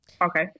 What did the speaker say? Okay